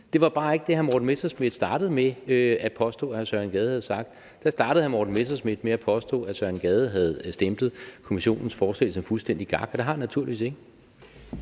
Det var bare ikke det, hr. Morten Messerschmidt startede med at påstå at hr. Søren Gade havde sagt. Der startede hr. Morten Messerschmidt med at påstå, at hr. Søren Gade havde stemplet Kommissionens forslag som fuldstændig gak, og det har han naturligvis ikke.